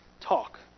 Talk